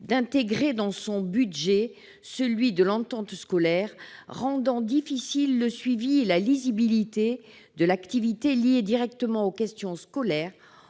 intégrant dans son budget celui de l'entente scolaire, rendant difficiles le suivi et la lisibilité de l'activité liée directement aux questions scolaires.